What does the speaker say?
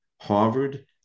Harvard